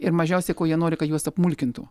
ir mažiausia ko jie nori kad juos apmulkintų